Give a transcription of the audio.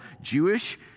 Jewish